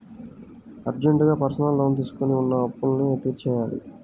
అర్జెంటుగా personal loan తీసుకొని ఉన్న అప్పులన్నీ తీర్చేయ్యాలి